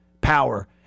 power